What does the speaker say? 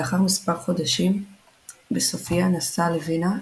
לאחר מספר חודשים בסופיה נסע לווינה,